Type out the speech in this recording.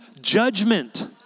judgment